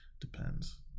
depends